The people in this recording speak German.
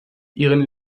ihren